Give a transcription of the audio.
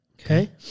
Okay